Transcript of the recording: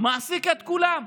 מעסיק את כולם,